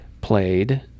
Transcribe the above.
played